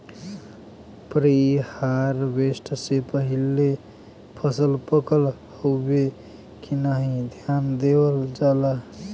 preharvest से पहिले फसल पकल हउवे की नाही ध्यान देवल जाला